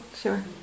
sure